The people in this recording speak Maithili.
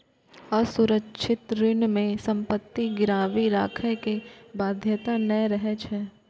असुरक्षित ऋण मे संपत्ति गिरवी राखै के बाध्यता नै रहै छै